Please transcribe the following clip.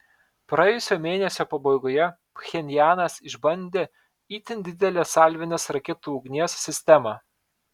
praėjusio mėnesio pabaigoje pchenjanas išbandė itin didelę salvinės raketų ugnies sistemą